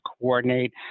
coordinate